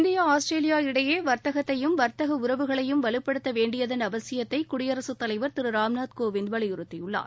இந்தியாவுக்கும் ஆஸ்திரேலியாவுக்கும் இடையே வர்த்தகத்தையும் வர்த்தக உறவுகளையும் வலுப்படுத்த வேண்டியன் அவசியத்தையும் குயடிரசு தலைவர் திரு ராம்நாத் கோவிந்த் வலியுறுத்தியுள்ளார்